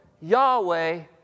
Yahweh